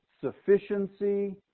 sufficiency